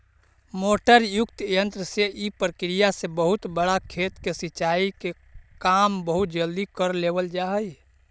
motor युक्त यन्त्र से इ प्रक्रिया से बहुत बड़ा खेत में सिंचाई के काम बहुत जल्दी कर लेवल जा हइ